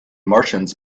martians